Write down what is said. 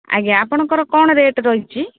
ଆଜ୍ଞା ଆପଣଙ୍କର କ'ଣ ରେଟ୍ ରହିଛି